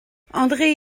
andré